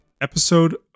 Episode